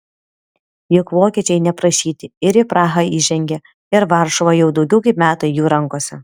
juk vokiečiai neprašyti ir į prahą įžengė ir varšuva jau daugiau kaip metai jų rankose